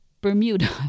Bermuda